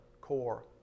core